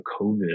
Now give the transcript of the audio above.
covid